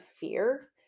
fear